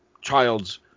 child's